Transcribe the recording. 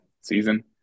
season